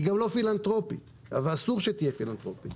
היא גם לא פילנתרופית ואסור שתהיה פילנתרופית.